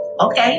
Okay